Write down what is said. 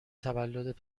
تولد